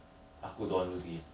他们是这样玩的